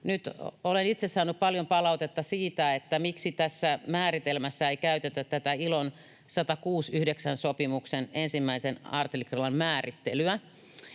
olen itse saanut paljon palautetta siitä, miksi tässä määritelmässä ei käytetä ILO 169 ‑sopimuksen 1 artiklan määrittelyä.